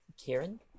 Karen